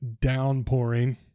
downpouring